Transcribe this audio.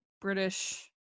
British